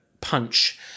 punch